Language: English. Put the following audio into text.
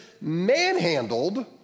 manhandled